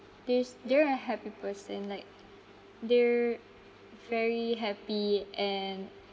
this they're a happy person like they're very happy and